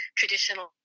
traditional